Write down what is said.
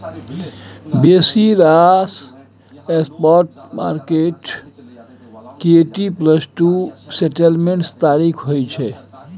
बेसी रास spot market के टी प्लस टू सेटलमेंट्स तारीख होइ छै